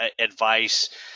advice